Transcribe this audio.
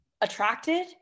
attracted